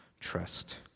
Trust